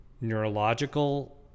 neurological